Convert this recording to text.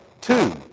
two